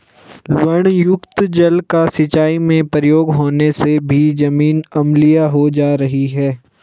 लवणयुक्त जल का सिंचाई में प्रयोग होने से भी जमीन अम्लीय हो जा रही है